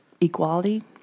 equality